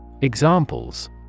Examples